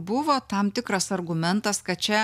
buvo tam tikras argumentas kad čia